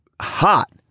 hot